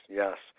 yes